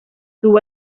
tuvo